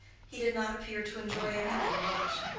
he did not appear to enjoy anything much.